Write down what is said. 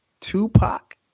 Tupac